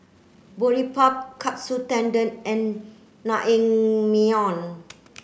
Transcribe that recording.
Boribap Katsu Tendon and Naengmyeon